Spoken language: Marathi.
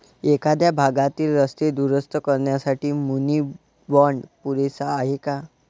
एखाद्या भागातील रस्ते दुरुस्त करण्यासाठी मुनी बाँड पुरेसा आहे का?